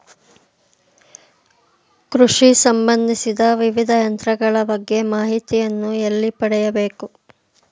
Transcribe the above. ಕೃಷಿ ಸಂಬಂದಿಸಿದ ವಿವಿಧ ಯಂತ್ರಗಳ ಬಗ್ಗೆ ಮಾಹಿತಿಯನ್ನು ಎಲ್ಲಿ ಪಡೆಯಬೇಕು?